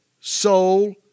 soul